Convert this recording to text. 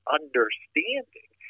understanding